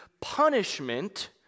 punishment